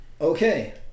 okay